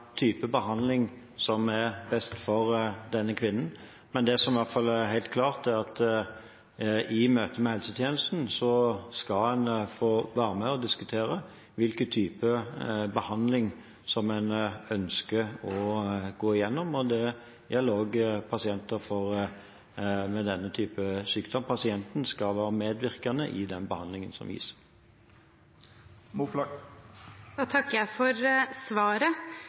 type behandling man ønsker å gjennomgå, og det gjelder også pasienter med denne type sykdom. Pasienten skal være medvirkende i den behandlingen som gis. Da takker jeg for svaret.